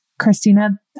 christina